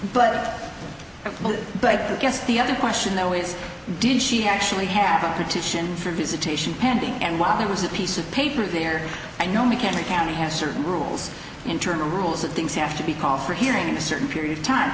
but but i guess the other question though is did she actually happen petition for visitation pending and while there was a piece of paper there i know mechanic county has certain rules internal rules that things have to be called for hearing a certain period of time